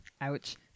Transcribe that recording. Ouch